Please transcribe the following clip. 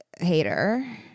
hater